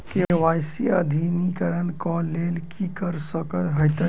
KYC अद्यतनीकरण कऽ लेल की करऽ कऽ हेतइ?